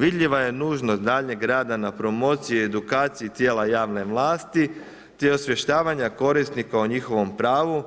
Vidljiva je nužnost daljnjeg rada na promociji i edukacije tijela javne vlasti, te osvještavanje korisnika o njihovom pravu,